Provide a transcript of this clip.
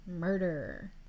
murder